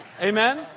Amen